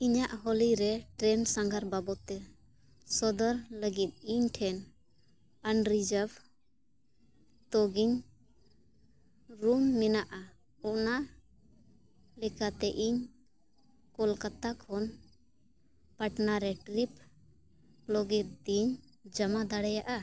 ᱤᱧᱟᱹᱜ ᱦᱳᱞᱤ ᱨᱮ ᱥᱟᱸᱜᱷᱟᱨ ᱵᱟᱵᱚᱫᱛᱮ ᱥᱚᱫᱚᱨ ᱞᱟᱹᱜᱤᱫ ᱤᱧ ᱴᱷᱮᱱ ᱛᱳᱜᱤᱧ ᱢᱮᱱᱟᱜᱼᱟ ᱚᱱᱟ ᱞᱮᱠᱟᱛᱮ ᱤᱧ ᱠᱳᱞᱠᱟᱛᱟ ᱠᱷᱚᱱ ᱯᱟᱴᱱᱟ ᱨᱮ ᱞᱟᱹᱜᱤᱫ ᱤᱧ ᱡᱚᱢᱟ ᱫᱟᱲᱮᱭᱟᱜᱼᱟ